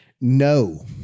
No